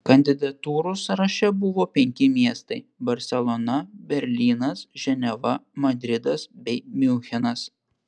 kandidatūrų sąraše buvo penki miestai barselona berlynas ženeva madridas bei miunchenas